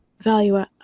value